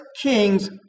Kings